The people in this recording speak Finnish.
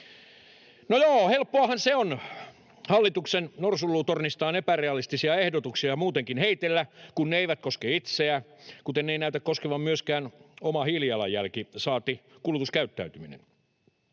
No joo, helppoahan se on hallituksen norsunluutornistaan epärealistisia ehdotuksiaan muutenkin heitellä, kun ne eivät koske itseä, kuten ei näytä koskevan myöskään oma hiilijalanjälki saati kulutuskäyttäytyminen.